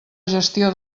gestió